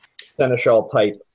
Seneschal-type